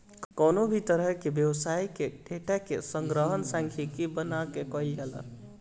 कवनो भी तरही के व्यवसाय कअ डाटा के संग्रहण सांख्यिकी बना के कईल जाला